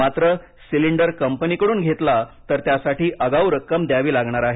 मात्र सिलिंडर कंपनीकडून घेतला तर त्यासाठी आगावू रक्कम द्यावी लागणार आहे